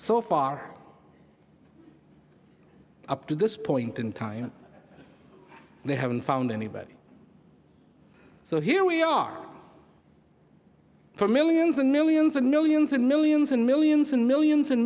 so far up to this point in time they haven't found anybody so here we are for millions and millions and millions and millions and millions and millions and